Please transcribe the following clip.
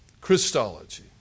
Christology